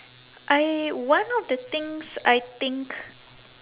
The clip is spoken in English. I one of the things I think